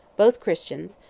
both christians,